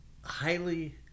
highly